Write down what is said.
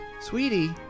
Sweetie